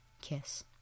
kiss